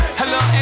hello